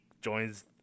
joins